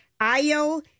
Io